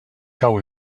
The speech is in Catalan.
cau